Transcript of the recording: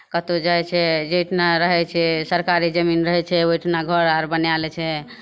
कतहु जाइ छै जाहिठिना रहै छै सरकारी जमीन रहै छै ओहिठिना घर आर बनाए लै छै